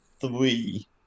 three